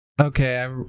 Okay